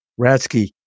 Ratsky